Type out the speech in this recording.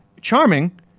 charming